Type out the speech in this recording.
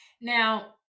Now